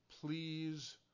please